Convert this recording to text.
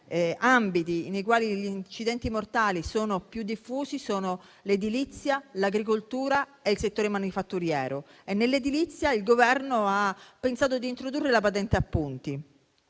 ambiti nei quali gli incidenti mortali sono più diffusi sono l'edilizia, l'agricoltura e il settore manifatturiero e nell'edilizia il Governo ha pensato di introdurre la patente a punti,